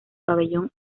pabellón